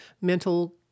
mental